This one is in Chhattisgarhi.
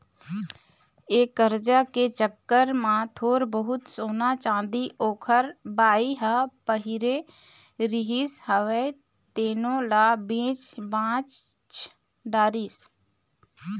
ये करजा के चक्कर म थोर बहुत सोना, चाँदी ओखर बाई ह पहिरे रिहिस हवय तेनो ल बेच भांज डरिस